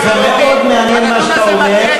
זה מאוד מעניין מה שאתה אומר,